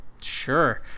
Sure